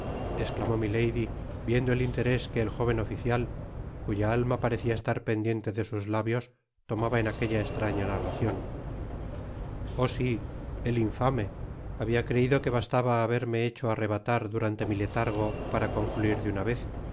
esclamó milady viendo el interés que el jóven oficial cuya alma parecia estar pendiente de sus labios tomaba en aquella estraña narracion oh si el infame habia creido que bastaba haberme hecho arrebatar durante mi letargo para concluir de una vez